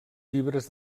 llibres